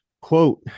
Quote